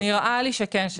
נראה לי שכן.